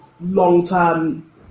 long-term